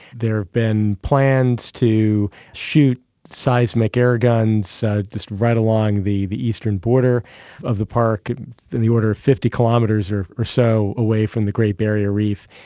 there have been plans to shoot seismic airguns just right along the the eastern border of the park in the order of fifty kilometres or or so away from the great barrier reef.